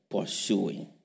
pursuing